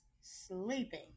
sleeping